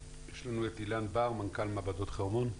אילן בר מנכ"ל מעבדות חרמון בבקשה.